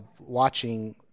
watching